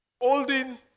holding